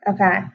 Okay